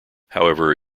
however